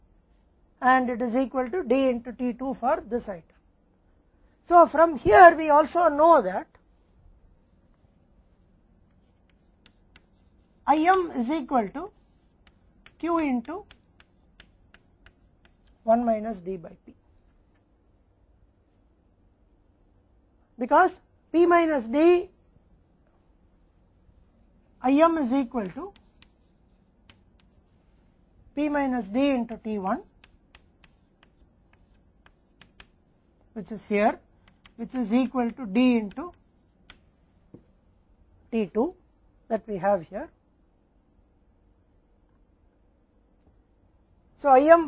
तो यहाँ से हम यह भी जानते हैं कि IM बराबर है Q 1 D बाय P क्योंकि P माइनस D IM बराबर है P माइनस D t 1 है जो यहाँ D t 2 के बराबर है कि हम यहाँ है